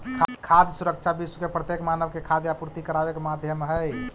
खाद्य सुरक्षा विश्व के प्रत्येक मानव के खाद्य आपूर्ति कराबे के माध्यम हई